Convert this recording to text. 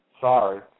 Sorry